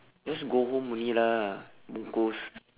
just go home only lah bungkus